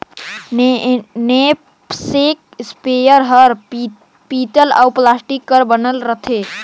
knapsack spare हर पीतल अउ प्लास्टिक कर बनल रथे